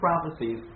prophecies